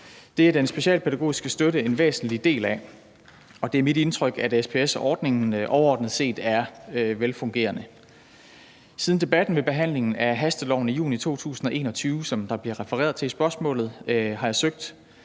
Det er den specialpædagogiske støtte en væsentlig del af, og det er mit indtryk, at SPS-ordningen overordnet set er velfungerende. Siden debatten ved behandlingen af hasteloven i juni 2021, som der bliver refereret til i spørgsmålet, har jeg søgt